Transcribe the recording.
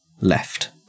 left